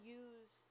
use